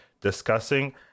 discussing